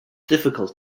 difficult